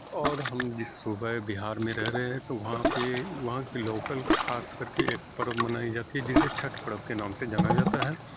اور ہم جس صوبہ بہار میں رہ رہے ہے تو وہاں کے وہاں کے لوکل خاص کر کے ایک پرو بنائی جاتی ہے جسے چھٹ پرو کے نام سے جانا جاتا ہے